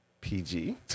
pg